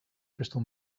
crystal